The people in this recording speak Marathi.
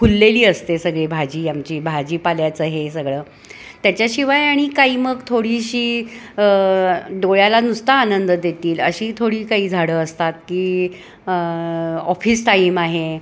खुललेली असते सगळी भाजी आमची भाजीपाल्याचं हे सगळं त्याच्याशिवाय आणि काही मग थोडीशी डोळ्याला नुसता आनंद देतील अशी थोडी काही झाडं असतात की ऑफिस टाईम आहे